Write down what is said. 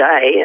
day